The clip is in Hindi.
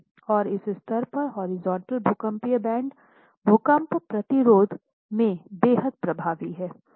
और इस स्तर पर हॉरिजॉन्टल भूकंपीय बैंड भूकंप प्रतिरोध में बेहद प्रभावी हैं